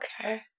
Okay